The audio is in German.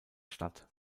statt